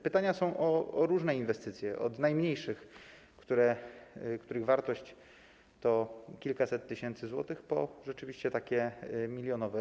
Pytania są o różne inwestycje, od najmniejszych, których wartość to kilkaset tysięcy złotych, po rzeczywiście milionowe.